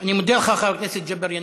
אני מודה לך, חבר הכנסת ג'בארין.